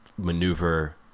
Maneuver